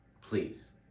Please